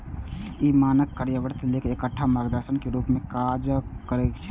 ई मानक कार्यान्वयन लेल एकटा मार्गदर्शक के रूप मे काज करै छै